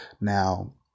now